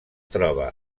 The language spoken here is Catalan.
troba